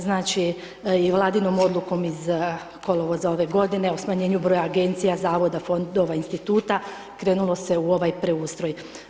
Znači i vladinom odlukom iz kolovoza ove g. o smanjenju borja agencije, zavoda i fondova instituta, krenulo se u ovaj preustroj.